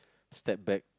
step back